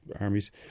armies